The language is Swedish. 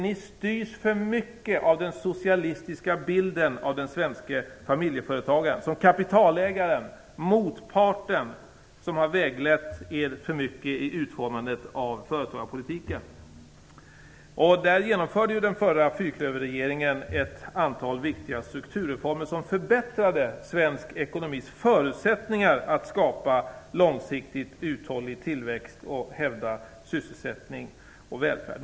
Ni styrs för mycket av den socialistiska bilden av den svenske familjeföretagaren som kapitalägaren, motparten. Den har väglett er för mycket vid utformandet av företagarpolitiken. Den förra regeringen, fyrklöverregeringen, genomförde ett antal viktiga strukturreformer som förbättrade svensk ekonomis förutsättningar att skapa långsiktigt uthållig tillväxt och hävda sysselsättning och välfärd.